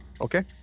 Okay